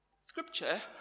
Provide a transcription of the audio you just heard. scripture